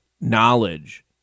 knowledge